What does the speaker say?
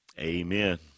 Amen